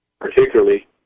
particularly